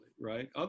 right